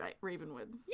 Ravenwood